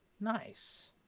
Nice